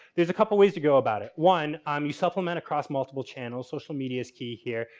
there's a couple ways to go about it. one, um you supplement across multiple channels, social media is key here.